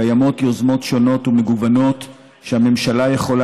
קיימות יוזמות שונות ומגוונות שהממשלה יכולה